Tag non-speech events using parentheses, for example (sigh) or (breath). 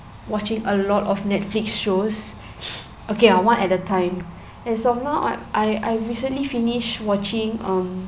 watching a lot of netflix shows (breath) okay uh one at a time as of now I I I recently finish watching um